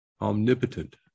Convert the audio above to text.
omnipotent